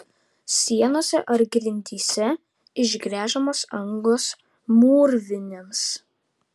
sienose ar grindyse išgręžiamos angos mūrvinėms